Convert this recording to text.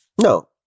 No